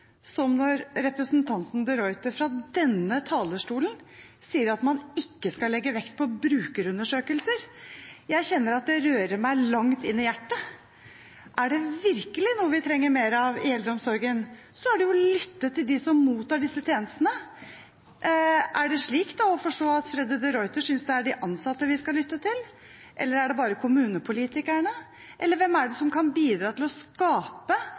som når representanten de Ruiter fra denne talerstolen sier at man ikke skal legge vekt på brukerundersøkelser. Jeg kjenner at det rører meg langt inn i hjertet. Er det virkelig noe vi trenger mer av i eldreomsorgen, er det å lytte til dem som mottar disse tjenestene. Er det slik å forstå at Freddy de Ruiter synes det er de ansatte vi skal lytte til, eller er det bare kommunepolitikerne? Hvem er det som kan bidra til å skape